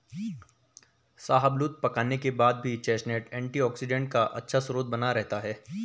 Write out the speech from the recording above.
शाहबलूत पकाने के बाद भी चेस्टनट एंटीऑक्सीडेंट का अच्छा स्रोत बना रहता है